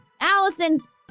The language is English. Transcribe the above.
Allison's